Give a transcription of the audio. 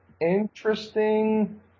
interesting